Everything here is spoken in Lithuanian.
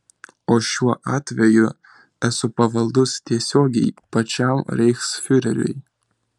o šiuo atveju esu pavaldus tiesiogiai pačiam reichsfiureriui